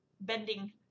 bending